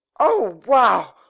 oh! wow!